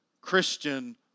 Christian